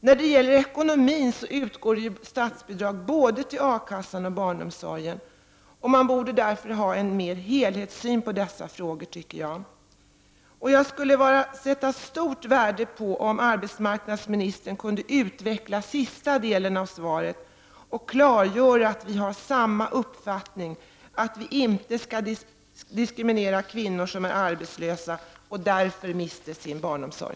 När det gäller ekonomin utgår ju statsbidrag både till A-kassan och till barnomsorgen. Man borde därför ha en helhetssyn på dessa frågor, tycker jag. Jag skulle mycket uppskatta om arbetsmarknadsministern kunde utveckla sista delen av svaret och klargöra att vi har samma uppfattning — att vi inte skall diskriminera kvinnor som är arbetslösa och som därför mister sin barnomsorg.